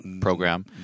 program